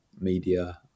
media